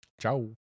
ciao